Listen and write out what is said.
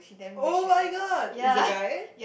oh-my-god is a guy